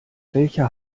welcher